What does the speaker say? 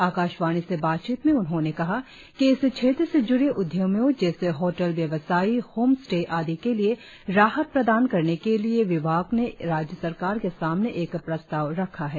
आकाशवाणी से बातचीत में उन्होंने कहा कि इस क्षेत्र से जुड़े उद्यमियों जैसे होटल व्यवसायी होम स्टे आदि के लिए राहत प्रदान करने के लिए विभाग ने राज्य सरकार के सामने एक प्रस्ताव रखा है